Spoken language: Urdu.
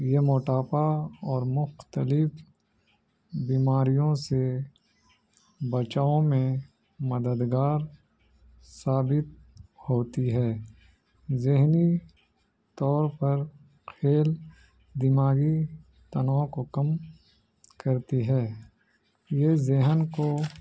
یہ موٹاپا اور مختلف بیماریوں سے بچاؤ میں مددگار ثابت ہوتی ہے ذہنی طور پر کھیل دماغی تناؤ کو کم کرتی ہے یہ ذہن کو